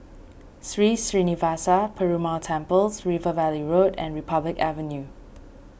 Sri Srinivasa Perumal Temple's River Valley Road and Republic Avenue